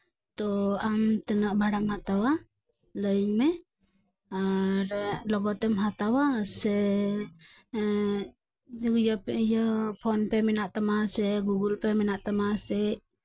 ᱛᱚ ᱟᱢ ᱛᱤᱱᱟᱹᱜ ᱵᱷᱟᱲᱟᱢ ᱦᱟᱛᱟᱣᱟ ᱞᱟᱹᱭᱟᱹᱧ ᱢᱮ ᱟᱨ ᱞᱚᱜᱚᱛᱮᱢ ᱦᱟᱛᱟᱣᱟ ᱥᱮ ᱤᱭᱟᱹ ᱯᱷᱳᱱ ᱯᱮ ᱢᱮᱱᱟᱜ ᱛᱟᱢᱟ ᱜᱩᱜᱳᱞ ᱯᱮ ᱢᱮᱱᱟᱜ ᱛᱟᱢᱟ ᱥᱮ